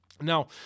Now